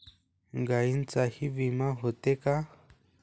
गायींचाही विमा होते का?